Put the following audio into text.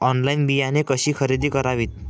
Online बियाणे कशी खरेदी करावीत?